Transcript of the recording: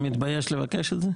הוא מתבייש לבקש את זה?